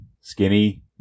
Skinny